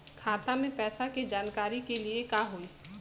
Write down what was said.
खाता मे पैसा के जानकारी के लिए का होई?